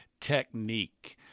technique